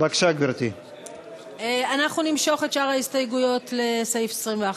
לשנת הכספים 2017,